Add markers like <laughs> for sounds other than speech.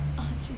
<laughs>